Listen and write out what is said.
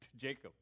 Jacob